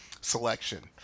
Selection